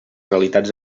realitats